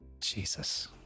Jesus